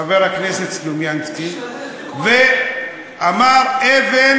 חבר הכנסת סלומינסקי ואמר: אבן